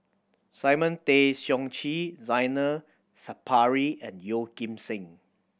Simon Tay Seong Chee Zainal Sapari and Yeo Kim Seng